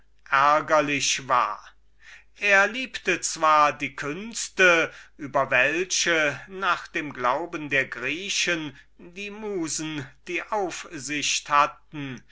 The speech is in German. ärgerlich war er liebte diejenigen künste sehr über welche nach dem glauben der griechen die musen die aufsicht hatten